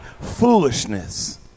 foolishness